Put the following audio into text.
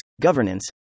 governance